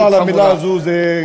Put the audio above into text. לחזור על המילה הזאת זה,